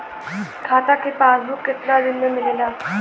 खाता के पासबुक कितना दिन में मिलेला?